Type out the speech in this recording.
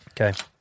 Okay